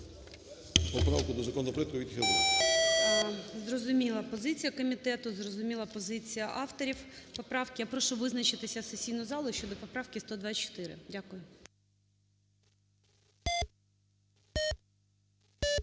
Зрозуміла позиція комітету, зрозуміла позиція авторів поправки. Я прошу визначитися сесійну залу щодо поправки 124. Дякую.